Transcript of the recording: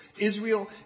Israel